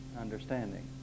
understanding